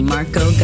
Marco